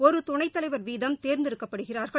ஒரு துணைத்தலைவர் வீதம் தேர்ந்தெடுக்கப்படுகிறார்கள்